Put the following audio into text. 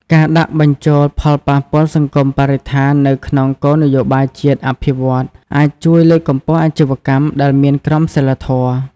ការដាក់បញ្ចូលផលប៉ះពាល់សង្គមបរិស្ថាន នៅក្នុងគោលនយោបាយជាតិអភិវឌ្ឍន៍ អាចជួយលើកកម្ពស់អាជីវកម្មដែលមានក្រមសីលធម៌ ។